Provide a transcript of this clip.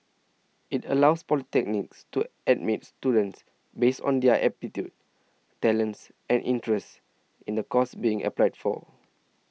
it allows polytechnics to admit students based on their aptitude talents and interests in the course being applied for